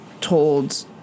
told